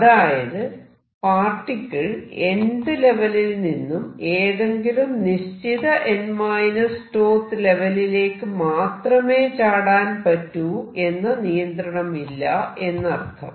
അതായത് particle nth ലെവലിൽ നിന്നും ഏതെങ്കിലും നിശ്ചിത n 𝞃th ലെവലിലേക്ക് മാത്രമേ ചാടാൻ പറ്റൂ എന്ന നിയന്ത്രണമില്ല എന്നർത്ഥം